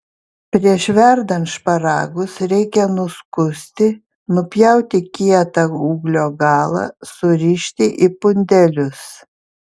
prieš verdant šparagus reikia nuskusti nupjauti kietą ūglio galą surišti į pundelius